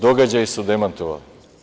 Događaji su demantovali.